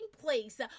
place